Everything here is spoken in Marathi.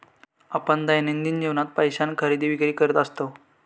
आपण दैनंदिन जीवनात पैशान खरेदी विक्री करत असतव